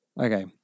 Okay